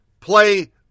play